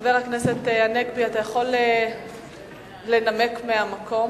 חבר הכנסת הנגבי, אתה יכול לנמק מהמקום,